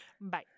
Bye